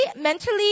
mentally